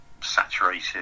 saturated